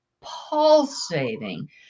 pulsating